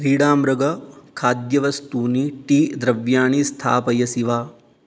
क्रीडामृगखाद्यवस्तूनि टी द्रव्याणि स्थापयसि वा